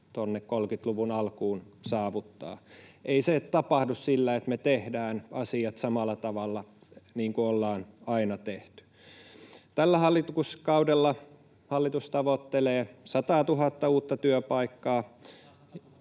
tuonne 30-luvun alkuun saavuttaa. Ei se tapahdu sillä, että me tehdään asiat samalla tavalla kuin ollaan aina tehty. Tällä hallituskaudella hallitus tavoittelee sataatuhatta uutta työpaikkaa,